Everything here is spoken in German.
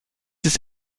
des